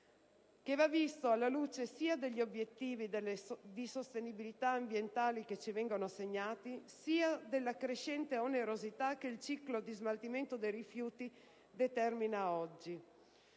che va visto alla luce sia degli obiettivi di sostenibilità ambientale che ci vengono assegnati, sia della crescente onerosità che il ciclo di smaltimento dei rifiuti determina oggi.